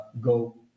go